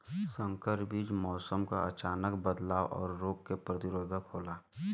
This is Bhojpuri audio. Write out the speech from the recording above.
संकर बीज मौसम क अचानक बदलाव और रोग के प्रतिरोधक होला